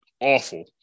awful